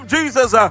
Jesus